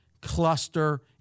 Cluster